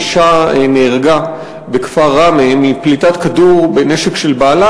אישה נהרגה בכפר ראמה מפליטת כדור מנשק של בעלה,